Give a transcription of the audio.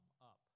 up